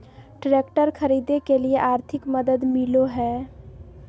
Tractor खरीदे के लिए आर्थिक मदद मिलो है?